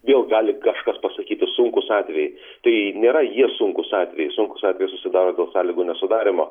vėl gali kažkas pasakyti sunkūs atvejai tai nėra jie sunkūs atvejai sunkūs atvejai susidaro dėl sąlygų nesudarymo